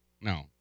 No